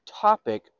topic